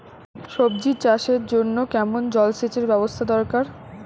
সবজি চাষের জন্য কেমন জলসেচের ব্যাবস্থা দরকার?